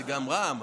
זה גם רע"מ.